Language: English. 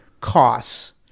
costs